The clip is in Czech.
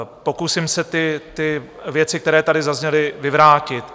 Pokusím se věci, které tady zazněly, vyvrátit.